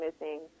missing